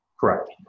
Correct